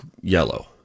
yellow